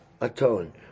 atone